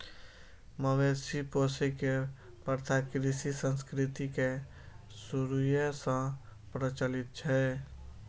मवेशी पोसै के प्रथा कृषि संस्कृति के शुरूए सं प्रचलित छै